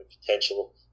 potential